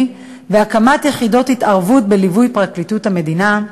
והקמת יחידות התערבות בליווי פרקליטות המדינה,